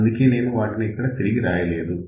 అందుకే నేను వాటిని తిరిగి ఇక్కడ రాయలేదు